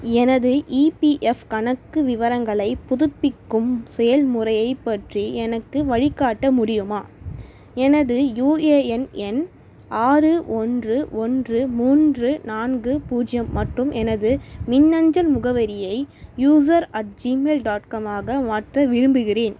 எனது ஈபிஎஃப் கணக்கு விவரங்களைப் புதுப்பிக்கும் செயல்முறையை பற்றி எனக்கு வழிகாட்ட முடியுமா எனது யுஏஎன் எண் ஆறு ஒன்று ஒன்று மூன்று நான்கு பூஜ்ஜியம் மற்றும் எனது மின்னஞ்சல் முகவரியை user at Gmail dot com ஆக மாற்ற விரும்புகிறேன்